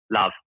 Love